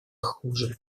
хуже